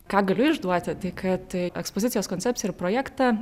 ką galiu išduoti tai kad ekspozicijos koncepciją ir projektą